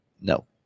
No